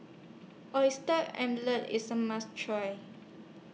Oyster Omelette IS A must Try